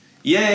Yay